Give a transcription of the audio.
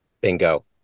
Bingo